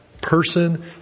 person